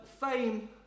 fame